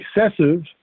excessive